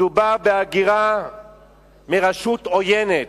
מדובר בהגירה מרשות עוינת,